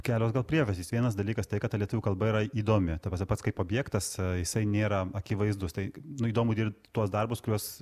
kelios priežastys vienas dalykas tai kad ta lietuvių kalba yra įdomi ta prasme pats kaip objektas jisai nėra akivaizdus tai nu įdomu dirbt tuos darbus kuriuos